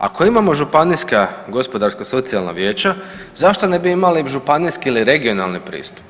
Ako imamo županijska gospodarsko-socijalna vijeća zašto ne bi imali županijski ili regionalni pristup?